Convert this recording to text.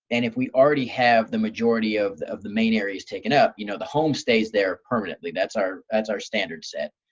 and if we already have the majority of of the main areas taken up, you know the home stays there permanently. that's our that's our standard set.